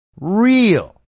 real